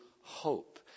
hope